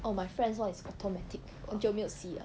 oh my friend's [one] is automatic 很久没有洗了